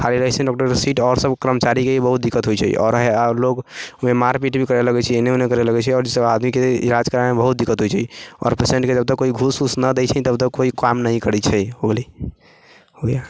खाली रहय छै डॉक्टरके सीट आओर सब कर्मचारी के भी बहुत दिक्कत होइ छै आओर लोग मार पीट भी करय लगै छै एने उने करे लगै छै आओर सब आदमी के इलाज कराबे मे बहुत दिक्कत होइ छै आओर पेशंट के जब तक घूस ऊस नहि दै छै तब तक कोइ काम नही करै छै हो गेलै हो गया